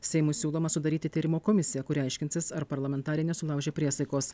seimui siūloma sudaryti tyrimo komisiją kuri aiškinsis ar parlamentarė nesulaužė priesaikos